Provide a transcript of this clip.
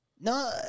No